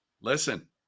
listen